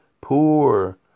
poor